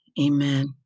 Amen